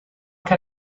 can